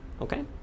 okay